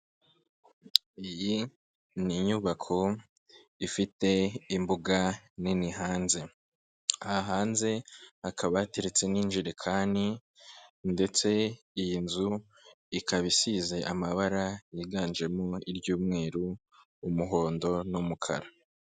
Iyi ni inyubako ifite imbuga nini hanze. Aha hanze, hakaba hateretse n'injerekani ndetse iyi nzu ikaba isize amabara yiganjemo iry'umweru, umuhondo n'umukara.